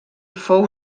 fou